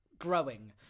growing